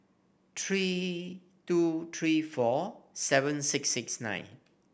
three two three four seven six six nine